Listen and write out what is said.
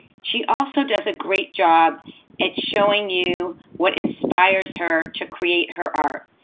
she also does a great job at showing you what inspires her to create her art.